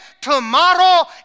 tomorrow